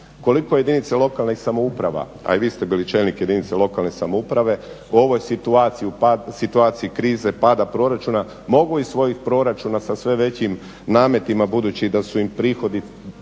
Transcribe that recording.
koliko jedinica lokalnih samouprava, a i vi ste bili čelnik jedinice lokalne samouprave, u ovoj situaciji, u situaciji krize, pada proračuna, mogu iz svojih proračuna sa sve većim nametima budući da su im prihodi